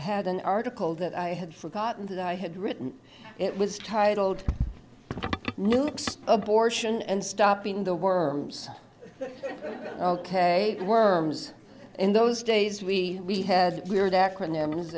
d an article that i had forgotten that i had written it was titled abortion and stopping the worms ok worms in those days we had weird acronyms